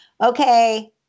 Okay